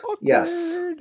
Yes